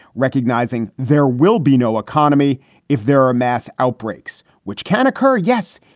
recognizing there will be no economy if there are mass outbreaks which can occur. yes,